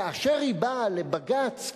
כאשר היא באה לבג"ץ,